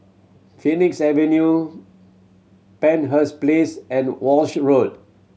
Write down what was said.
Phoenix Avenue Penshurst Place and Walshe Road